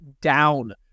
down